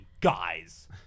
guys